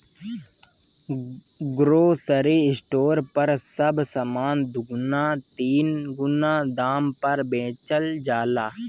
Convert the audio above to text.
grocery store पर सब सामान दुगुना तीन गुना दाम पर बेचल जाला